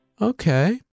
Okay